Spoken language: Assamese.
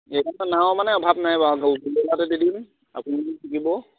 নাও মানে অভাৱ নাই বাৰু